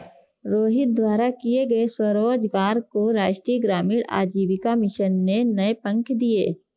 रोहित द्वारा किए गए स्वरोजगार को राष्ट्रीय ग्रामीण आजीविका मिशन ने नए पंख दिए